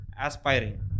aspiring